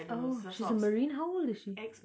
oh she's a marine how old is she